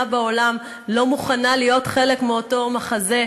בעולם לא מוכנה להיות חלק מאותו מחזה,